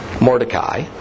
Mordecai